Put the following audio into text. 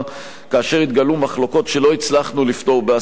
כאשר התגלעו מחלוקות שלא הצלחנו לפתור בהסכמה,